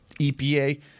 EPA